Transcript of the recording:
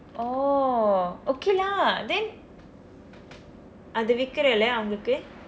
oh okay lah then அது விற்கிறலே அவங்களுக்கு:athu virkiralee avagkalukku